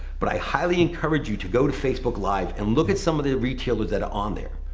but i highly encourage you to go to facebook live and look at some of the retailers that are on there.